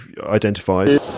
identified